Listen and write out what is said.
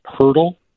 hurdle